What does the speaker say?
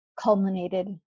culminated